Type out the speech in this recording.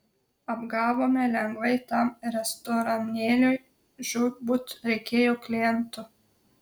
apgavome lengvai tam restoranėliui žūtbūt reikėjo klientų